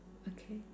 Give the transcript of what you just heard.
okay